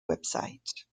website